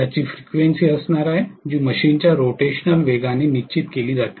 ज्याची फ्रिक्वेन्सी असणार आहे जी मशीनच्या रोटेशनल वेगाने निश्चित केली जाते